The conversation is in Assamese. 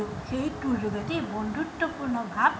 আৰু সেইটোৰ যোগেদি বন্ধুত্বপূৰ্ণ ভাৱ